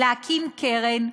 להקים קרן,